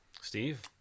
Steve